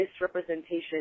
misrepresentation